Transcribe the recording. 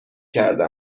کرده